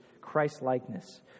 Christ-likeness